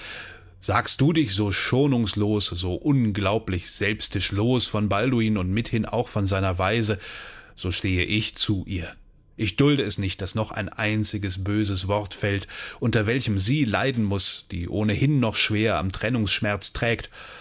sagst du dich so schonungslos so unglaublich selbstisch los von balduin und mithin auch von seiner waise so stehe ich zu ihr ich dulde es nicht daß noch ein einziges böses wort fällt unter welchem sie leiden muß die ohnehin noch schwer am trennungsschmerz trägt